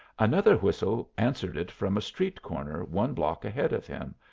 another whistle answered it from a street-corner one block ahead of him.